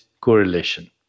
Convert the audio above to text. correlation